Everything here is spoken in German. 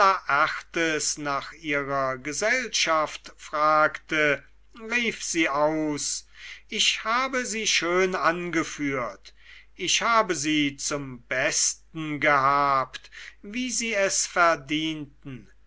laertes nach ihrer gesellschaft fragte rief sie aus ich habe sie schön angeführt ich habe sie zum besten gehabt wie sie es verdienten